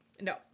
No